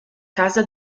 casa